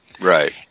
right